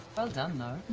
well done, though.